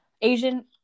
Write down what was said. Asian